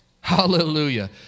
Hallelujah